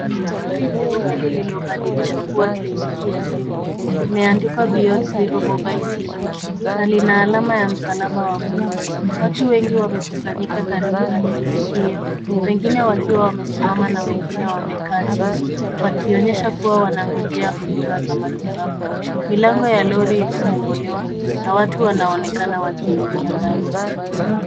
Lori limegeuzwa kuwa kliniki ya simu. Limepewa jina na lina alama ya msalaba wa buluu. Watu wengi wamekusanyika karibu na kliniki hiyo, wengine wamesimama na wengine wamekaa chini, wakionyesha kwamba wanangoja huduma za matibabu. Milango ya lori imefunguliwa na watu wanaonekana wakiingia ndani.